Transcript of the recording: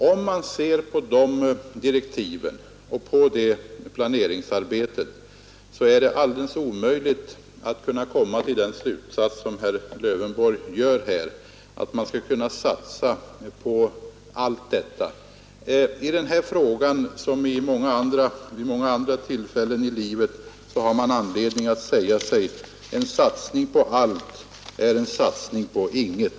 Om man ser på de direktiven och det planeringsarbetet är det alldeles omöjligt att — som herr Lövenborg gör — komma till slutsatsen att man skall kunna satsa på allt detta. Här som vid många andra tillfällen i livet finns det anledning att säga sig: En satsning på halvt är en satsning på inget.